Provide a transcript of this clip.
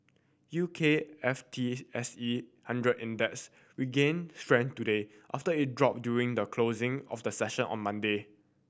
U K F T S E hundred Index regained strength today after it drop during the closing of the session on Monday